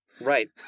right